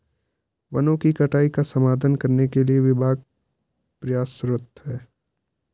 वनों की कटाई का समाधान करने के लिए विभाग प्रयासरत है